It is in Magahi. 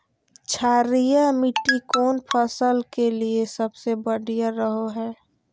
क्षारीय मिट्टी कौन फसल के लिए सबसे बढ़िया रहो हय?